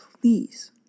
please